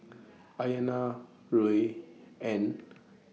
Ayanna Ruie and